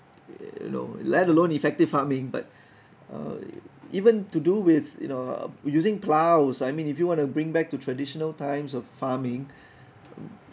you know let alone effective farming but uh even to do with you know using ploughs I mean if you want to bring back to traditional times of farming